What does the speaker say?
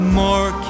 more